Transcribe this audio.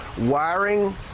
wiring